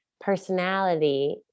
personality